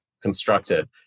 Constructed